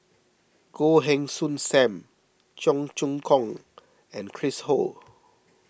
Goh Heng Soon Sam Cheong Choong Kong and Chris Ho